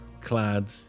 clad